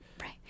Right